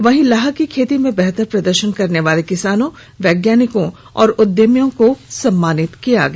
वहीं लाह की खेती में बेहतर प्रदर्शन करने वाले किसानों वैज्ञानिकों और उद्यमियों को सम्मानित किया गया